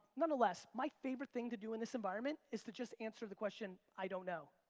nonetheless, my favorite thing to do in this environment is to just answer the question, i don't know,